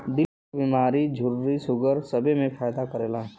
दिल क बीमारी झुर्री सूगर सबे मे फायदा करेला